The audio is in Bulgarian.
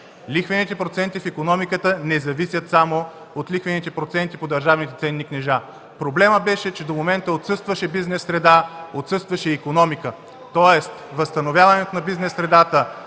Лихвените проценти в икономиката не зависят само от лихвените проценти по държавните ценни книжа. Проблемът беше, че до момента отсъстваше бизнес среда, отсъстваше икономика. (Шум и реплики от ГЕРБ.) Възстановяването на бизнес средата,